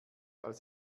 als